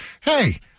hey